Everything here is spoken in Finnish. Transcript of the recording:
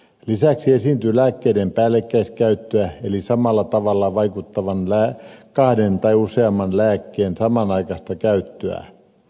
lisäksi esiintyy lääkkeiden päällekkäiskäyttöä eli samalla tavalla vaikuttavan kahden tai useamman lääkkeen samanaikaista käyttöä